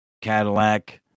Cadillac